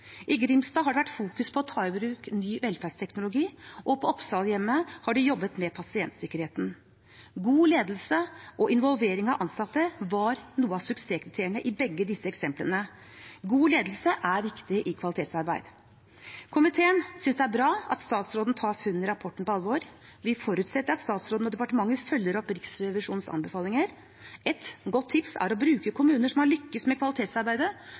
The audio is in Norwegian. I Grimstad har det vært fokusert på å ta i bruk ny velferdsteknologi, og på Oppsalhjemmet har de jobbet med pasientsikkerheten. God ledelse og involvering av ansatte var noen av suksesskriteriene i begge disse eksemplene. God ledelse er viktig i kvalitetsarbeid. Komiteen synes det er bra at statsråden tar funnene i rapporten på alvor. Vi forutsetter at statsråden og departementet følger opp Riksrevisjonens anbefalinger. Ett godt tips er å bruke kommuner som har lyktes med kvalitetsarbeidet,